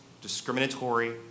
discriminatory